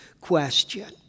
question